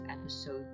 episode